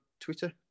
twitter